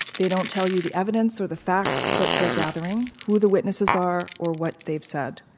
they don't tell you the evidence or the facts that they're gathering, who the witnesses are, or what they've said.